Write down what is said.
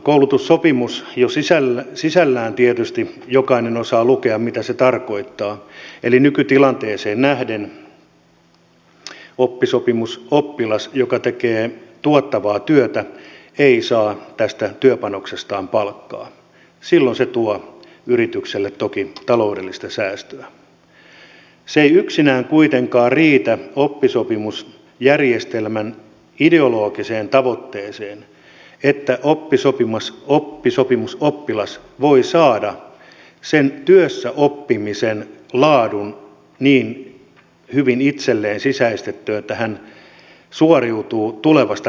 koulutussopimus jo sinällään tietysti jokainen osaa lukea mitä se tarkoittaa eli nykytilanteeseen nähden oppisopimusoppilas joka tekee tuottavaa työtä ei saa tästä työpanoksestaan palkkaa ja silloin se tuo yritykselle toki taloudellista säästöä ei yksinään kuitenkaan riitä siihen oppisopimusjärjestelmän ideologiseen tavoitteeseen että oppisopimusoppilas voi saada sen työssäoppimisen laadun niin hyvin itselleen sisäistettyä että hän suoriutuu tulevasta näyttökokeesta